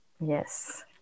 Yes